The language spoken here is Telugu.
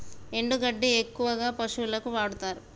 ఎండు గడ్డి ఎక్కువగా పశువులకు పెడుతారు